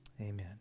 amen